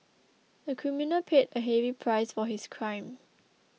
the criminal paid a heavy price for his crime